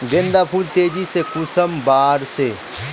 गेंदा फुल तेजी से कुंसम बार से?